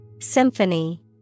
Symphony